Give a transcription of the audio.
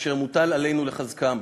אשר מוטל עלינו לחזקם.